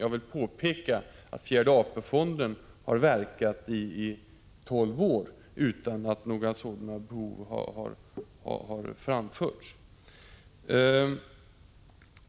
Jag vill påpeka att fjärde AP-fonden har verkat i tolv år utan att några sådana behov har framkommit.